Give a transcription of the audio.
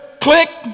click